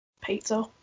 Pizza